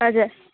हजुर